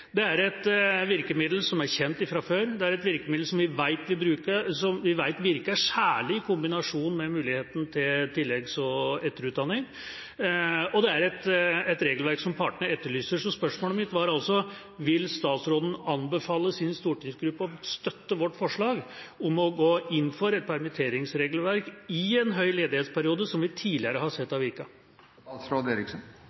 Det er et virkemiddel som er kjent fra før, det er et virkemiddel som vi vet virker, særlig i kombinasjon med muligheten til tilleggs- og etterutdanning, og det er et regelverk som partene etterlyser. Spørsmålet mitt var altså: Vil statsråden anbefale sin stortingsgruppe å støtte vårt forslag om å gå inn for et permitteringsregelverk i en høy ledighetsperiode som vi tidligere har sett har virket? Denne regjeringen er opptatt av,